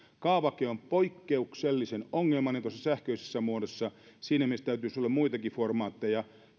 kaavake on poikkeuksellisen ongelmainen tuossa sähköisessä muodossa siinä mielessä täytyisi olla muitakin formaatteja